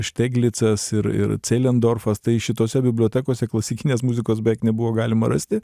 šteglicas ir ir celendorfas tai šitose bibliotekose klasikinės muzikos beveik nebuvo galima rasti